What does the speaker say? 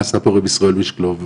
מה עשה מנחם מנדלבליט,